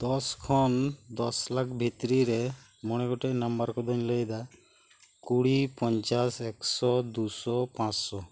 ᱫᱚᱥᱠᱷᱚᱱ ᱫᱚᱥ ᱞᱟᱠᱷ ᱵᱷᱤᱛᱨᱤ ᱨᱮ ᱢᱚᱲᱮ ᱜᱚᱴᱟᱝ ᱱᱟᱢᱵᱟᱨ ᱠᱚᱫᱚᱧ ᱞᱟᱹᱭᱮᱫᱟ ᱠᱩᱲᱤ ᱯᱚᱧᱪᱟᱥ ᱮᱠᱥᱚ ᱫᱩᱥᱚ ᱯᱟᱸᱪᱥᱚ